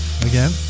again